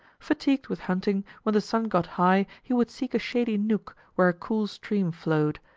fatigued with hunting, when the sun got high he would seek a shady nook where a cool stream flowed,